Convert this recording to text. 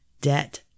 debt